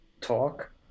talk